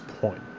point